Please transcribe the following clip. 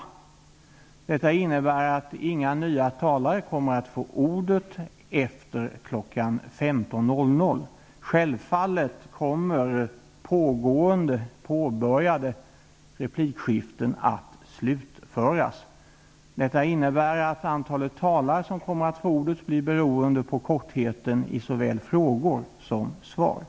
Det innebär att inga nya talare kommer att få ordet efter kl. 15.00. Självfallet kommer påbörjade replikskiften att slutföras. Detta innebär att antalet talare som kommer att få ordet blir beroende av kortheten i såväl frågor som svar.